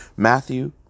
Matthew